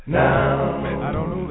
now